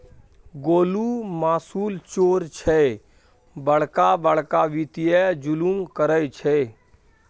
गोलु मासुल चोर छै बड़का बड़का वित्तीय जुलुम करय छै